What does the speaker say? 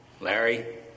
Larry